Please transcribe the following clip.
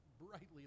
brightly